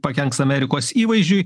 pakenks amerikos įvaizdžiui